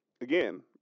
again